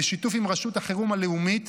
בשיתוף עם רשות החירום הלאומית,